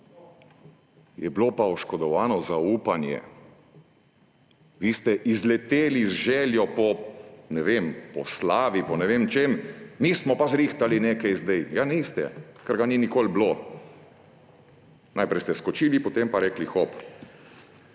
Je bilo pa oškodovano zaupanje. Vi ste izleteli z željo po, ne vem, po slavi, po ne vem čem. »Mi smo pa zrihtali nekaj zdaj.« Niste, ker ga nikoli ni bilo. Najprej ste skočili, potem pa rekli hop,